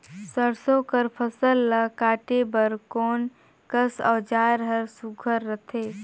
सरसो कर फसल ला काटे बर कोन कस औजार हर सुघ्घर रथे?